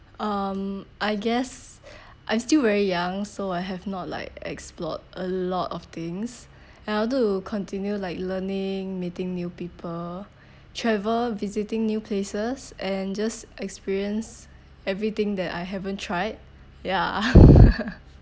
um I guess I'm still very young so I have not like explored a lot of things and I want to continue like learning meeting new people travel visiting new places and just experience everything that I haven't tried ya